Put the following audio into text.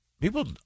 People